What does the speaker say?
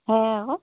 সেয়ে আকৌ